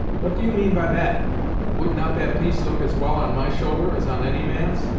what do you mean by that would not that piece look as well on my shoulder, as on any man's?